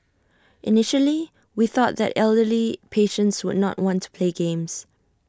initially we thought that elderly patients would not want to play games